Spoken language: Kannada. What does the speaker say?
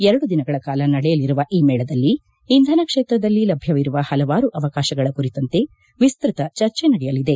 ಎರಡು ದಿನಗಳ ಕಾಲ ನಡೆಯಲಿರುವ ಈ ಮೇಳದಲ್ಲಿ ಇಂಧನ ಕ್ಷೇತ್ರದಲ್ಲಿ ಲಭ್ಯವಿರುವ ಹಲವಾರು ಅವಕಾಶಗಳ ಕುರಿತಂತೆ ವಿಸ್ತ್ರತ ಚರ್ಚೆ ನಡೆಯಲಿದೆ